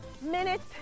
minutes